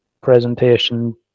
presentation